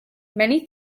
many